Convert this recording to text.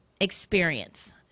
experience